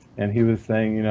and he was saying, you know